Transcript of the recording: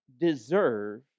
deserve